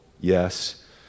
Yes